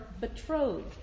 betrothed